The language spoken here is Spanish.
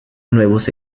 nuevos